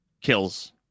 kills